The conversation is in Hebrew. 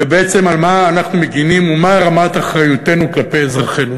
ובעצם על מה אנחנו מגינים ומה רמת אחריותנו כלפי אזרחינו.